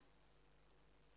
שלום,